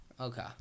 okay